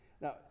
Now